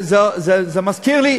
זה מזכיר לי,